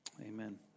Amen